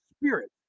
spirit